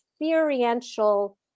experiential